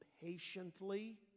patiently